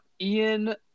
Ian